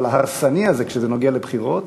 אבל ההרסני הזה כשזה נוגע בבחירות,